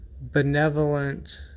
benevolent